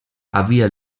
havia